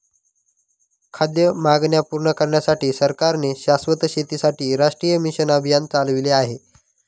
खाद्य मागण्या पूर्ण करण्यासाठी सरकारने शाश्वत शेतीसाठी राष्ट्रीय मिशन अभियान चालविले आहे